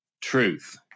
truth